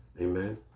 Amen